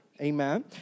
Amen